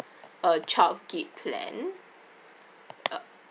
a twelve gig plan